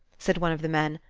said one of the men,